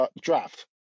draft